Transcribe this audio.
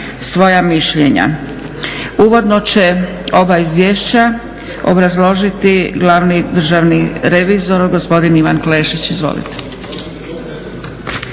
svoja mišljenja. Uvodno će ova izvješća obrazložiti glavni državni revizor gospodin Ivan Klešić. Izvolite.